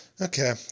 Okay